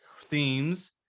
themes